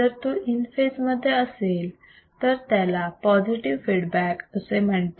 जर तो in phase मध्ये असेल तर त्याला पॉझिटिव फीडबॅक असे म्हणतात